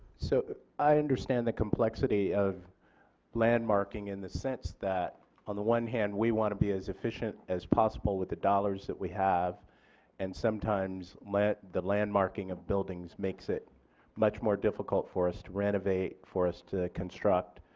so i understand the complexity of landmarking in the sense that on the one hand we want to be as efficient as possible with the dollars that we have and sometimes the landmarking of buildings makes it much more difficult for us to renovate, for us to construct.